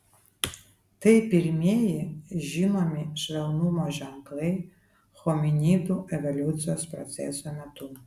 tai pirmieji žinomi švelnumo ženklai hominidų evoliucijos proceso metu